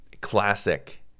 classic